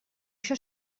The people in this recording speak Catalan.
això